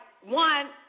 one